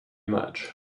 much